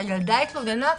כשהילדה התלוננה,